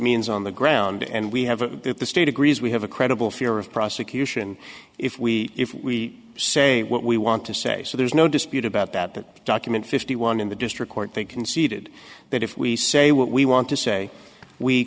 means on the ground and we have if the state agrees we have a credible fear of prosecution if we if we say what we want to say so there's no dispute about that that document fifty one in the district court they conceded that if we say what we want to say we